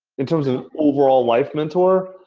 in terms of overall life mentor,